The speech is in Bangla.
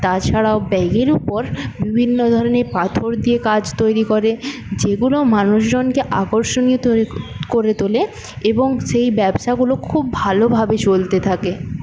তাছাড়াও ব্যাগের উপর বিভিন্ন ধরনের পাথর দিয়ে কাজ তৈরি করে যেগুলো মানুষজনকে আকর্ষণীয় করে তোলে এবং সেই ব্যবসাগুলো খুব ভালোভাবে চলতে থাকে